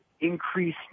increase